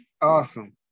Awesome